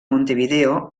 montevideo